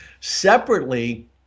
Separately